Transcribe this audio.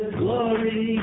glory